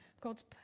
God's